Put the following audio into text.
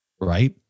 Right